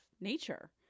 nature